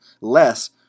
less